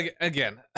again